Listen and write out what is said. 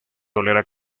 tolera